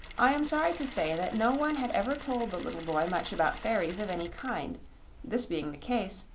i am sorry to say that no one had ever told the little boy much about fairies of any kind this being the case,